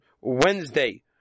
Wednesday